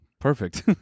Perfect